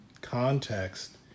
context